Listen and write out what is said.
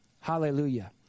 Hallelujah